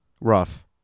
Rough